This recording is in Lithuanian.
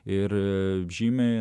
ir žymiai